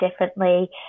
differently